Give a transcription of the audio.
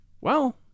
Well